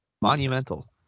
monumental